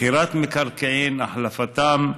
מכירת מקרקעין, החלפתם,